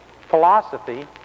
philosophy